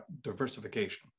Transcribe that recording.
diversification